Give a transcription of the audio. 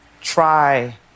try